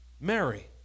Mary